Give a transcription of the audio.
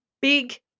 big